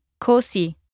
così